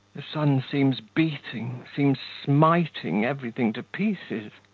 the sun seems beating, seems smiting everything to pieces.